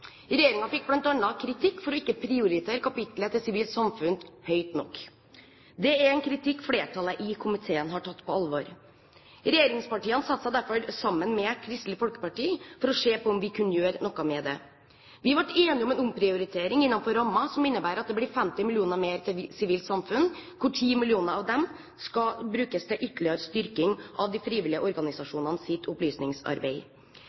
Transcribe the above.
fikk bl.a. kritikk for ikke å prioritere kapitlet Sivilt samfunn høyt nok. Det er en kritikk flertallet i komiteen har tatt på alvor. Regjeringspartiene satte seg derfor sammen med Kristelig Folkeparti for å se om vi kunne gjøre noe med det. Vi ble enige om en omprioritering innenfor rammen, som innebærer at det blir 50 mill. kr mer til Sivilt samfunn, hvorav 10 mill. kr skal brukes til ytterligere styrking av de frivillige